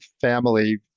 family